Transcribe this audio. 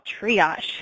triage